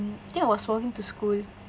mm that was walking to school